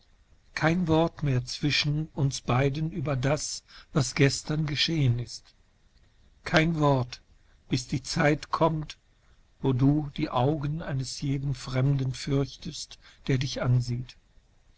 kein wort mehr zwischen und beiden über das was gestern geschehen ist kein wort bis die zeit kommt wo du die augen eines jeden fremden fürchtest derdichansieht dannwerdeichwiedersprechen